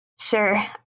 sure